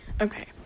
Okay